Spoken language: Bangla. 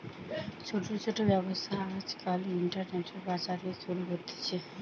ছোট ছোট ব্যবসা আজকাল ইন্টারনেটে, বাজারে শুরু হতিছে